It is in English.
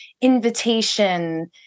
invitation